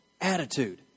attitude